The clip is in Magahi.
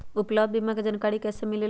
उपलब्ध बीमा के जानकारी कैसे मिलेलु?